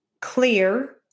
clear